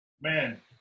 Man